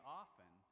often